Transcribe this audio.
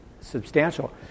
substantial